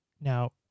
now